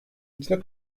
için